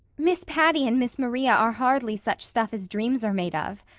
miss patty and miss maria are hardly such stuff as dreams are made of,